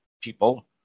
people